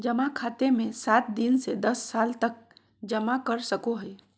जमा खाते मे सात दिन से दस साल तक जमा कर सको हइ